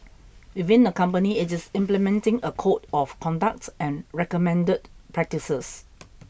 within the company it is implementing a code of conduct and recommended practices